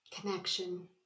Connection